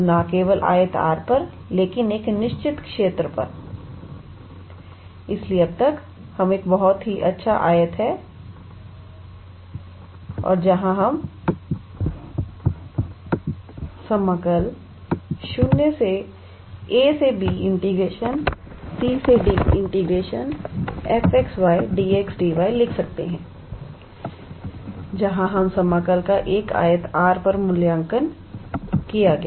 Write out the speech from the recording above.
तो न केवल आयत R पर लेकिन एक निश्चित क्षेत्र पर इसलिए अब तकहमारे पास एक बहुत अच्छा आयत है जहाँ हम समाकलabcd 𝑓𝑥 𝑦𝑑𝑥𝑑𝑦 लिख सकते हैं जहां पर समाकल का एक आयत R पर मूल्यांकन किया गया